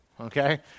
okay